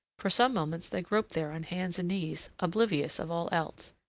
for some moments they groped there on hands and knees, oblivious of all else.